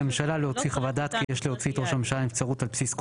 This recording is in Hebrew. להכריז על נבצרות ראש הממשלה ועל בסיס כל עילה.